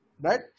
right